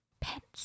pets